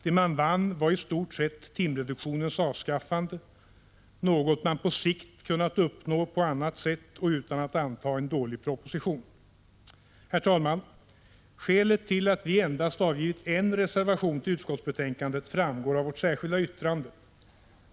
Det man vann var i stort sett timreduktionens avskaffande, något man på sikt kunnat uppnå på annat sätt och utan att anta en dålig proposition. Herr talman! Skälet till att vi endast avgivit en reservation till utskottsbetänkandet framgår av vårt särskilda yttrande.